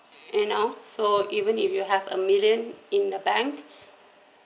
you know so even if you have a million in the bank